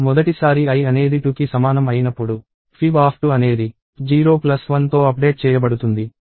మొదటిసారి i అనేది 2కి సమానం అయినప్పుడు fib2 అనేది 0 1తో అప్డేట్ చేయబడుతుంది ఇది 1 అవుతుంది